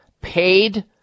paid